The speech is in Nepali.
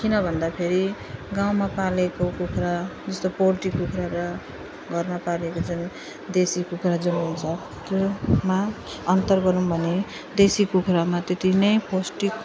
किन भन्दाखेरि गाउँमा पालेको कुखुरा जस्तो पोल्ट्री कुखुरा र घरमा पालेको जुन देसी कुखुरा जुन हुन्छ त्यसमा अन्तर गर्यौँ भने देसी कुखुरामा त्यति नै पौष्टिक उयो